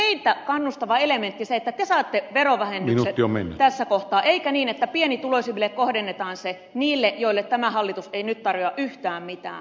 onko se kannustava elementti että te saatte verovähennyksen tässä kohtaa eikä niin että pienituloisimmille kohdennetaan se niille joille tämä hallitus ei nyt tarjoa yhtään mitään